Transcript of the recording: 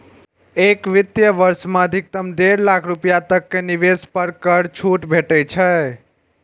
एक वित्त वर्ष मे अधिकतम डेढ़ लाख रुपैया तक के निवेश पर कर छूट भेटै छै